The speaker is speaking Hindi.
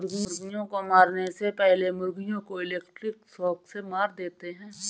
मुर्गियों को मारने से पहले मुर्गियों को इलेक्ट्रिक शॉक से मार देते हैं